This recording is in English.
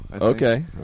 okay